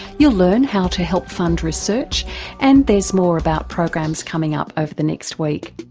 you'll learn how to help fund research and there's more about programs coming up over the next week.